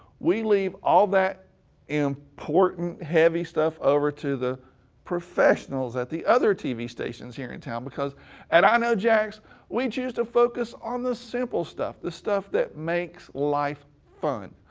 we leave all that important, heavy stuff over to the professionals at the other tv stations here in town, because at i know jax we choose to focus on the simple stuff. the stuff that makes life fun.